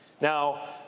Now